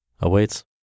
awaits